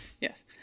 Yes